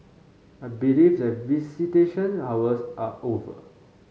I believe that visitation hours are over